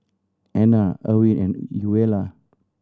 Anner Irwin and Eula